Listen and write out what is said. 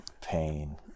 pain